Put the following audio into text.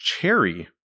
Cherry